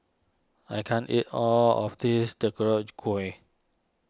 I can't eat all of this Gui